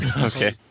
Okay